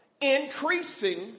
increasing